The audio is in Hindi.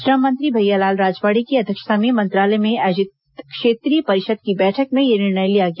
श्रम मंत्री भईयालाल राजवाड़े की अध्यक्षता में मंत्रालय में आयोजित क्षेत्रीय परिषद की बैठक में यह निर्णय लिया गया